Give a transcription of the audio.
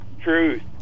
truth